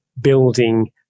building